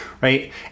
right